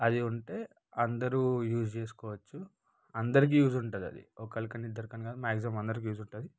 అది ఉంటే అందరు యూజ్ చేసుకోవచ్చు అందరికి యూజ్ ఉంటుంది అది ఒక్కల్కని ఇద్దరికీ అని కాదు మాక్సిమం అందరికి యూజ్ ఉంటుంది